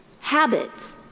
habit